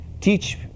Teach